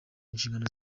inshingano